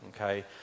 okay